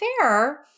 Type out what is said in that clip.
fair